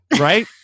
Right